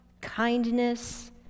kindness